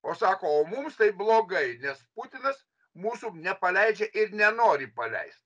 o sako o mums tai blogai nes putinas mūsų nepaleidžia ir nenori paleist